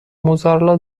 موزارلا